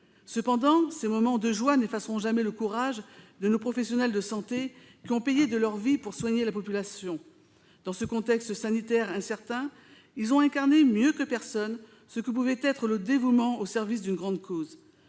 Cependant, ces moments de joie n'effaceront jamais le courage de nos professionnels de santé qui ont payé de leur vie pour soigner la population. Dans ce contexte sanitaire incertain, ils ont incarné, mieux que personne, ce que pouvait être le dévouement au service d'une grande cause.